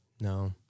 No